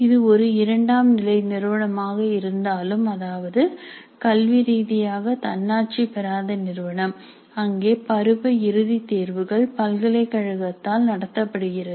இது ஒரு இரண்டாம் நிலை நிறுவனமாக இருந்தாலும் அதாவது கல்வி ரீதியாக தன்னாட்சி பெறாத நிறுவனம் அங்கே பருவ இறுதி தேர்வுகள் பல்கலைக்கழகத்தால் நடத்தப்படுகிறது